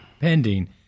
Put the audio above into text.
pending –